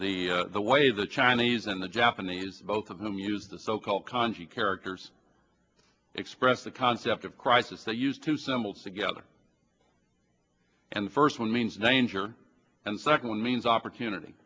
the the way the chinese and the japanese both of them use the so called conjured characters express the concept of crisis that used to symbols together and the first one means danger and second means opportunity